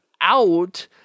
out